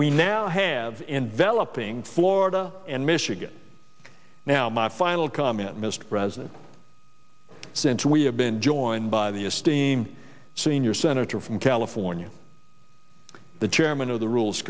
we now have enveloping florida and michigan now my final comment mr president since we have been joined by the esteem senior senator from california the chairman of the rules